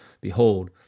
Behold